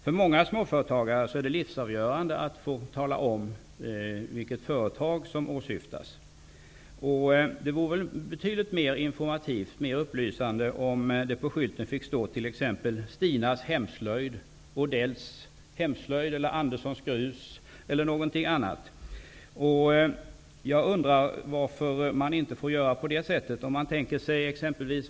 För många småföretagare är det livsavgörande att man får tala om vilket företag som åsyftas. Det vore väl mer upplysande om det på skylten fick stå t.ex. Odells hemslöjd, Stinas hemslöjd och Anderssons grus? Jag undrar varför man inte får sätta upp en sådan skylt.